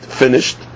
finished